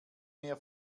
mehr